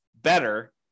better